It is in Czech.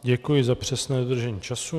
Děkuji za přesné dodržení času.